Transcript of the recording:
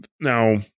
now